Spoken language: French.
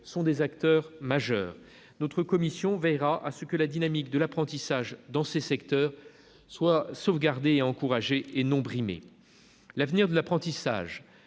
sont des acteurs majeurs. Notre commission veillera à ce que la dynamique de l'apprentissage dans ces secteurs soit non pas brimée, mais sauvegardée et encouragée. L'avenir de l'apprentissage